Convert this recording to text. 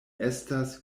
estas